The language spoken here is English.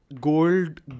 gold